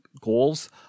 goals